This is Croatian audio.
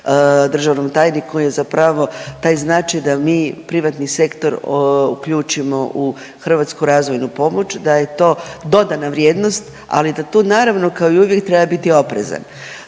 državnom tajniku je zapravo taj znači da mi privatni sektor uključimo u hrvatsku razvojnu pomoć, da je to dodana vrijednost, ali da tu naravno kao i uvijek treba biti oprezan.